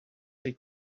they